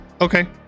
Okay